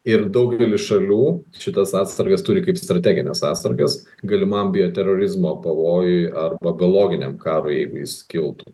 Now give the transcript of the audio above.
ir daugelis šalių šitas atsargas turi kaip strategines atsargas galimam bioterorizmo pavojui arba biologiniam karui jis kiltų